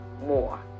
more